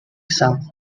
south